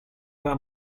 war